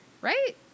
Right